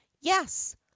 Yes